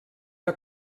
que